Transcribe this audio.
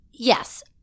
Yes